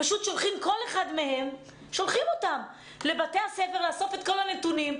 פשוט שולחים כל אחד מהם לבתי הספר לאסוף את כל הנתונים.